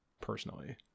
personally